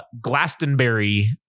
Glastonbury